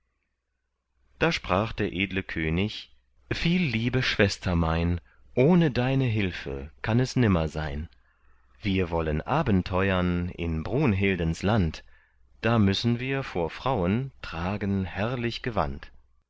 da sprach der edle könig viel liebe schwester mein ohne deine hilfe kann es nimmer sein wir wollen abenteuern in brunhildens land da müssen wir vor frauen tragen herrlich gewand